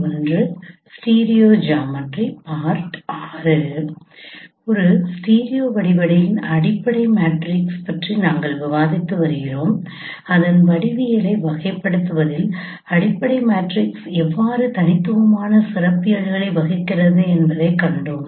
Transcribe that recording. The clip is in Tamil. ஒரு ஸ்டீரியோ வடிவியலின் அடிப்படை மேட்ரிக்ஸ் பற்றி நாங்கள் விவாதித்து வருகிறோம் அதன் வடிவியலை வகைப்படுத்துவதில் அடிப்படை மேட்ரிக்ஸ் எவ்வாறு தனித்துவமான சிறப்பியல்புகளை வகிக்கிறது என்பதைக் கண்டோம்